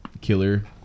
killer